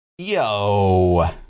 yo